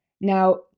Now